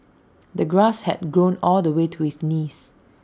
the grass had grown all the way to his knees